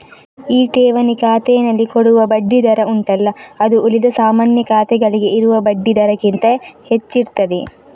ಈ ಠೇವಣಿ ಖಾತೆನಲ್ಲಿ ಕೊಡುವ ಬಡ್ಡಿ ದರ ಉಂಟಲ್ಲ ಅದು ಉಳಿದ ಸಾಮಾನ್ಯ ಖಾತೆಗಳಿಗೆ ಇರುವ ಬಡ್ಡಿ ದರಕ್ಕಿಂತ ಹೆಚ್ಚಿರ್ತದೆ